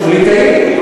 הוא ליטאי.